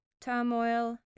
turmoil